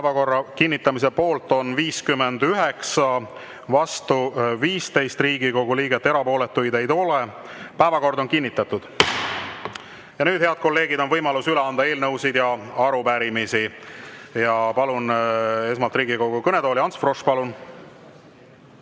Päevakorra kinnitamise poolt on 59, vastu 15 Riigikogu liiget ja erapooletuid ei ole. Päevakord on kinnitatud. Nüüd, head kolleegid, on võimalus üle anda eelnõusid ja arupärimisi. Palun esmalt Riigikogu kõnetooli Ants Froschi. Palun!